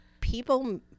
people